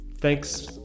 Thanks